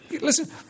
Listen